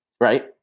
right